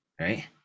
Right